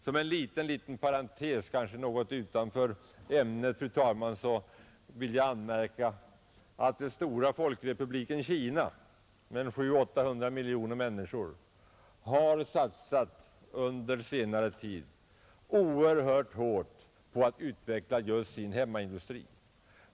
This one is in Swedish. Som en liten parentes — kanske något utanför ämnet — vill jag, fru talman, anmärka att den stora Folkrepubliken Kina med 700 å 800 miljoner människor under senare tid satsat oerhört hårt på att utveckla sin hemmaindustri.